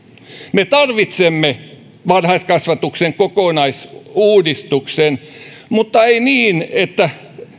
me tarvitsemme varhaiskasvatuksen kokonaisuudistuksen mutta ei niin että